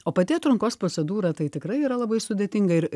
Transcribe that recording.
o pati atrankos procedūra tai tikrai yra labai sudėtinga ir